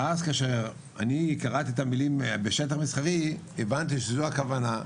ואז כאשר אני קראתי את המילים "בשטח מסחרי" הבנתי שזו הכוונה.